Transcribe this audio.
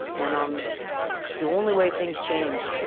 and um the only way things change,